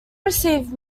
received